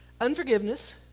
unforgiveness